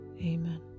amen